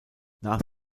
nach